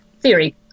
theory